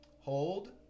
Hold